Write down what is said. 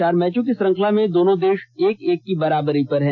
चार मैचों की श्रृंखला में दोनों देश एक एक की बराबरी पर हैं